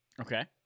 Okay